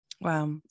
Wow